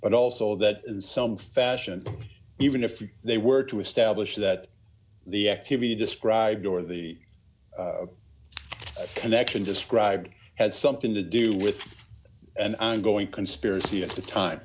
but also d that in some fashion even if they were to establish that the activity described or the connection described had something to do with an ongoing conspiracy at the time